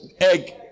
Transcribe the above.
egg